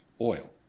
oil